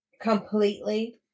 Completely